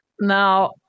Now